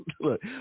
look